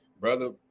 Brother